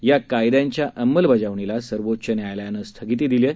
या कायद्यांच्या अंमलबजावणीला सर्वोच्च न्यायालयानं स्थगिती दिली आहे